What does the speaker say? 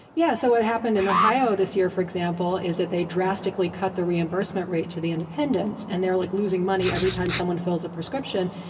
yeah, so what happened in ohio this year, for example, is that they drastically cut the reimbursement rate to the independents. and they're like losing money every time someone fills a prescription.